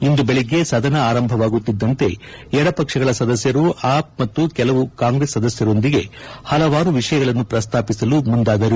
ಇಂದು ಬೆಳಗ್ಗೆ ಸದನ ಆರಂಭವಾಗುತ್ತಿದ್ದಂತೆ ಎಡಪಕ್ಷಗಳ ಸದಸ್ನರು ಆಪ್ ಮತ್ತು ಕೆಲವು ಕಾಂಗ್ರೆಸ್ ಸದಸ್ನರೊಂದಿಗೆ ಪಲವಾರು ವಿಷಯಗಳನ್ನು ಪ್ರಸ್ತಾಪಿಸಲು ಮುಂದಾದರು